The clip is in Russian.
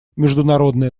международное